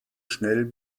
schnell